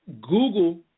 Google